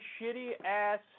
shitty-ass